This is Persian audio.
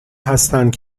هستند